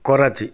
Karachi